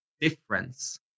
difference